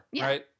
right